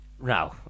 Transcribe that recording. now